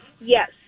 Yes